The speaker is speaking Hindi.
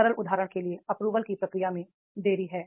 सरल उदाहरण के लिए अप्रूवल की प्रक्रिया में देरी है